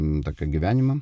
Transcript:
tokio gyvenimo